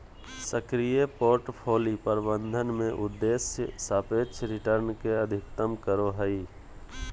सक्रिय पोर्टफोलि प्रबंधन में उद्देश्य सापेक्ष रिटर्न के अधिकतम करो हइ